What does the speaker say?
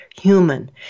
Human